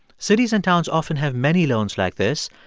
cities and towns often have many loans like this.